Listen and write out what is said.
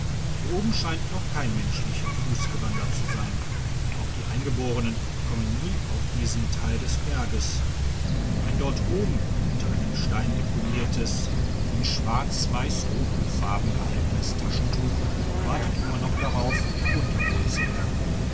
hier oben scheint noch kein menschlicher fuss gewandert zu sein auch die eingeborenen kommen nie auf diesen teil des berges mein dort oben unter einem steine deponiertes in schwarzdigitized by google weiss roten farben gehaltenes taschentuch wartet immer noch darauf herunter geholt zu werden